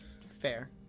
Fair